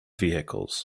vehicles